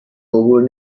عبور